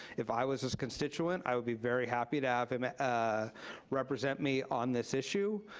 if i was his constituent, i would be very happy to have him ah represent me on this issue.